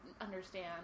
understand